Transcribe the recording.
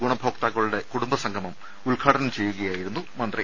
ഗുണഭോക്താക്കളുടെ കുടുംബസംഗമം ഉദ്ഘാടനം ചെയ്യുകയായിരുന്നു അദ്ദേഹം